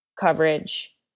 coverage